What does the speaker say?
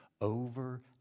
over